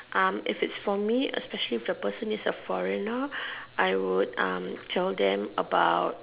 um if it's for me and especially the boss is a foreigner I would tell them about